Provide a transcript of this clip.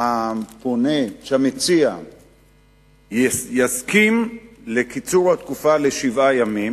שהמציע יסכים לקיצור התקופה לשבעה ימים.